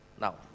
now